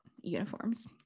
uniforms